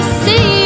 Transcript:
see